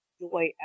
joy